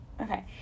Okay